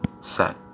set